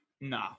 No